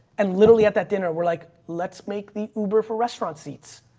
and literally at that dinner we're like, let's make the uber for restaurant seats.